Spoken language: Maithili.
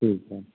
ठीक है